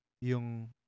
yung